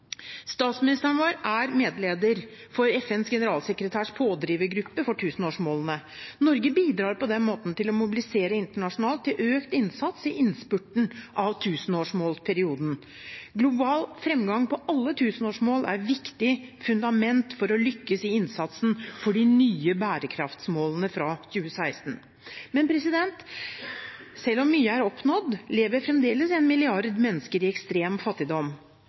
Statsministeren vår er medleder for FNs generalsekretærs pådrivergruppe for tusenårsmålene. Norge bidrar på denne måten til å mobilisere internasjonalt til økt innsats i innspurten av tusenårsmålsperioden. Global fremgang på alle tusenårsmål er et viktig fundament for å lykkes i innsatsen for de nye bærekraftmålene fra 2016. Men selv om mye er oppnådd, lever fremdeles en milliard mennesker i ekstrem fattigdom.